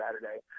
Saturday